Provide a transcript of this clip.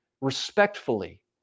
respectfully